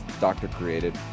Doctor-created